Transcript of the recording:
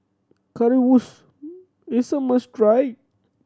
currywurst is a must try